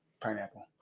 pineapple